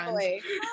Thankfully